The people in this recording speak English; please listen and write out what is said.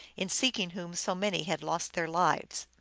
in seeking whom so many had lost their lives.